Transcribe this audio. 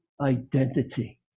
identity